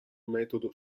metodo